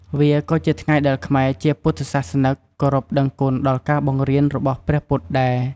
វាក៏ជាថ្ងៃដែលខ្មែរជាពុទ្ទសាសនឹក គោរពដឹងគុណដល់ការបង្រៀនរបស់ព្រះពុទ្ធដែរ។